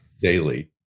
daily